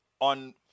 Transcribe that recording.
on